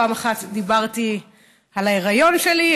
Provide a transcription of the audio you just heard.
פעם אחת דיברתי על ההיריון שלי,